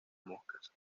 moscas